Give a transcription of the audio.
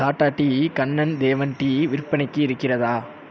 Tata tea Kannan Devan tea விற்பனைக்கு இருக்கிறதா